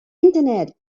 internet